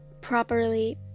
properly